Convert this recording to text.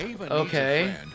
Okay